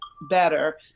better